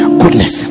goodness